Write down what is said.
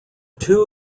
two